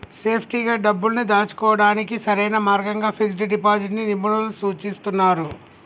సేఫ్టీగా డబ్బుల్ని దాచుకోడానికి సరైన మార్గంగా ఫిక్స్డ్ డిపాజిట్ ని నిపుణులు సూచిస్తున్నరు